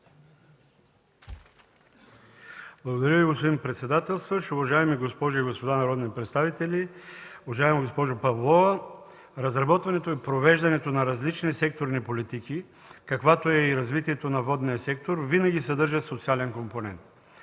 Благодаря Ви, господин председателстващ. Уважаеми госпожи и господа народни представители! Уважаема госпожо Павлова, разработването и провеждането на различни секторни политики, каквато е и развитието на водния сектор, винаги съдържа социален компонент,